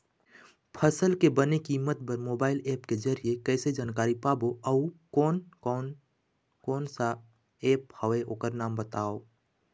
फसल के बने कीमत बर मोबाइल ऐप के जरिए कैसे जानकारी पाबो अउ कोन कौन कोन सा ऐप हवे ओकर नाम बताव?